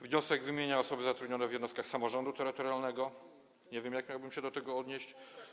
Wniosek wymienia osoby zatrudnione w jednostkach samorządu terytorialnego - nie wiem, jak miałbym się do tego odnieść.